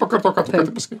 pakartok ką tu pasakei